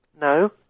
No